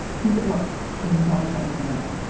he was at work in downtown atlanta.